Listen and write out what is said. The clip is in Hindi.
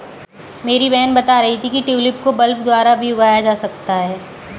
मेरी बहन बता रही थी कि ट्यूलिप को बल्ब द्वारा भी उगाया जा सकता है